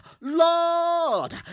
Lord